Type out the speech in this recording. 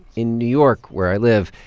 in new york, where i live,